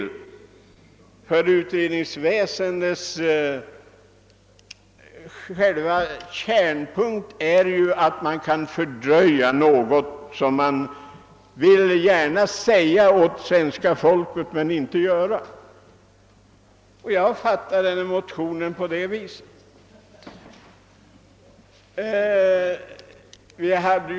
Själva kärnpunkten i utredningsväsendet är ju att man använder det för att fördröja någonting som man gärna talar om men inte vill göra, och jag har fattat motionen så, att den går ut just på detta.